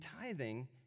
tithing